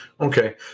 Okay